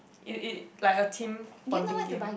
it it like a team bonding game